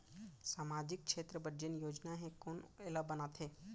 सामाजिक क्षेत्र बर जेन योजना हे कोन एला बनाथे?